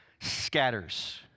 scatters